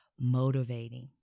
motivating